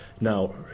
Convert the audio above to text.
Now